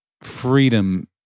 freedom